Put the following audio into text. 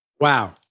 Wow